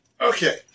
Okay